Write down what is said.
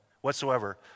whatsoever